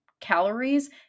calories